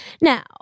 Now